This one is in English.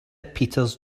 peters